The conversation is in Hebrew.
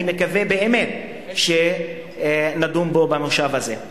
אני מקווה באמת שנדון בו במושב הזה.